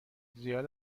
زیاد